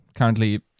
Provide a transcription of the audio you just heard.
currently